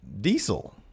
Diesel